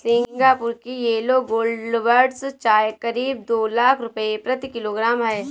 Singapore की yellow gold buds चाय करीब दो लाख रुपए प्रति किलोग्राम है